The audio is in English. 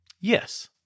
Yes